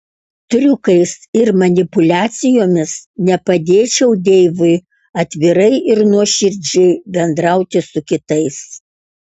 triukais ir manipuliacijomis nepadėčiau deivui atvirai ir nuoširdžiai bendrauti su kitais